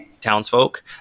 townsfolk